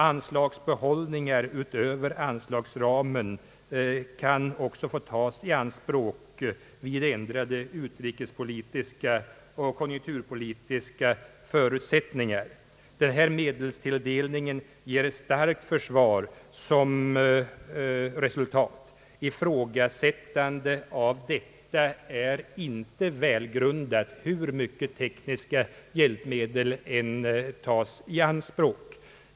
Anslagsbehållningar utöver anslagsramen kan också få tas i anspråk vid ändrade utrikespolitiska och konjunkturpolitiska förutsättningar. Denna medelstilldelning ger ett starkt försvar som resultat. Ifrågasättande av detta är inte välgrundat, hur mycket tekniska hjälpmedel som än tas i anspråk.